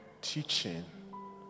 teaching